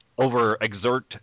over-exert